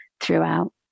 throughout